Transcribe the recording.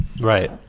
Right